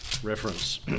reference